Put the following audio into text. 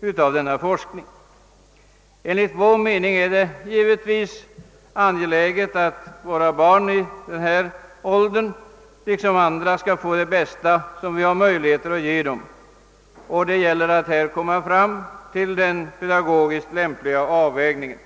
utvecklas. Enligt vår me ning är det angeläget att barn i dessa åldrar liksom alla andra barn får det bästa som vi har möjlighet att ge dem, och det gäller att komma fram till den pedagogiskt lämpliga «avvägningen.